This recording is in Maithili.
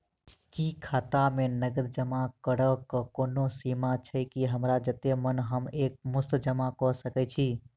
की खाता मे नगद जमा करऽ कऽ कोनो सीमा छई, की हमरा जत्ते मन हम एक मुस्त जमा कऽ सकय छी?